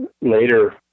later